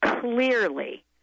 clearly